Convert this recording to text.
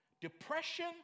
depression